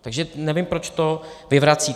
Takže nevím, proč to vyvracíte.